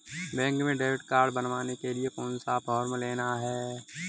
Bank में debit card बनवाने के लिए कौन सा फॉर्म लेना है?